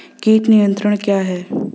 कीट नियंत्रण क्या है?